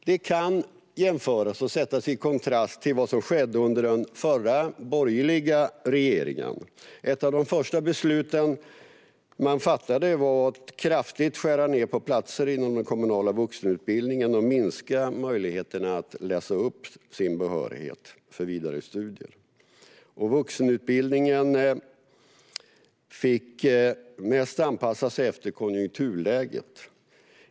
Det kan jämföras med och ställas i kontrast till vad som skedde under den förra, borgerliga regeringen. Ett av de första besluten man fattade var att kraftigt skära ned på antalet platser inom den kommunala vuxenutbildningen och minska möjligheterna att läsa upp sin behörighet för vidare studier. Vuxenutbildningen fick mest anpassa sig efter konjunkturläget.